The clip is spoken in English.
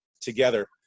together